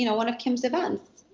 you know one of kim's events.